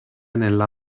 nella